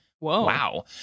Wow